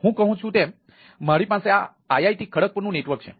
હું કહું છું તેમ મારી પાસે આ IIT ખડગપુરનું નેટવર્ક છે